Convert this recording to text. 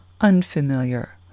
unfamiliar